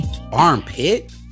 Armpit